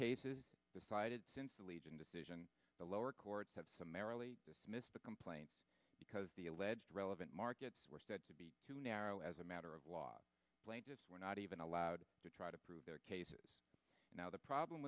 cases decided since the legion decision the lower courts have summarily dismissed the complaint because the alleged relevant markets were said to be too narrow as a matter of law plain just were not even allowed to try to prove their cases now the problem